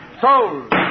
Sold